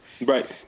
Right